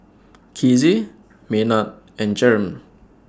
Kizzy Maynard and Jereme